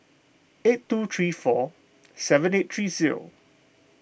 eight two three four seven eight three zero